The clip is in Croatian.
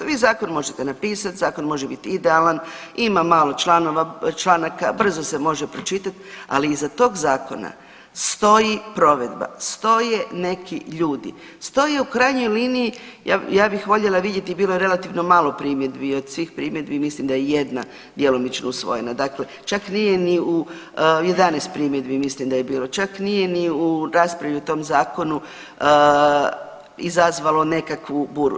Vi zakon možete napisati, zakon može biti idealan, ima malo članova, članaka, brzo se može pročitat, ali iza tog zakona stoji provedba, stoje neki ljudi, stoje u krajnjoj liniji ja bih voljela vidjeti bilo je relativno malo primjedbi i od svih primjedbi mislim da je jedna djelomično usvojena, dakle čak nije ni u, 11 primjedbi mislim da je bilo, čak nije ni u raspravu u tom zakonu izazvalo nekakvu buru.